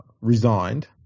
resigned